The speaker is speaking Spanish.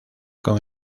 con